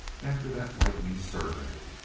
after that lightning survey.